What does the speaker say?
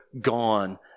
gone